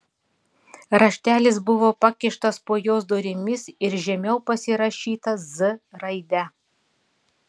raštelis buvo pakištas po jos durimis ir žemiau pasirašyta z raide